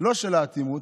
שאינו האטימות,